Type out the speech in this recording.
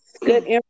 Good